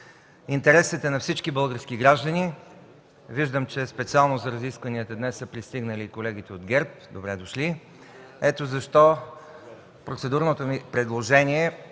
Интересът е на всички български граждани. Виждам, че специално за разискванията днес са пристигнали и колегите от ГЕРБ. Добре дошли! Ето защо процедурното ми предложение